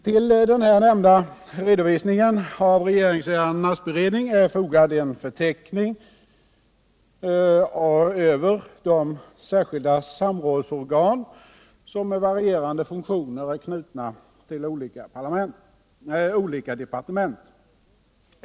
Till den nämnda redovisningen av regeringsärendenas beredning är fogad en förteckning över de särskilda samrådsorgan som med varierande funktioner är knutna till olika departement.